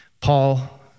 Paul